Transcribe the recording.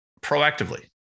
proactively